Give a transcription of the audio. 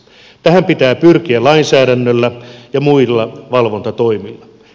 tähän pitää pyrkiä lainsäädännöllä ja muilla valvontatoimilla